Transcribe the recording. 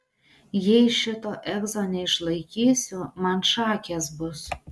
jei šito egzo neišlaikysiu man šakės bus